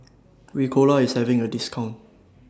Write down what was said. Ricola IS having A discount